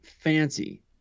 fancy